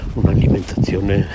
un'alimentazione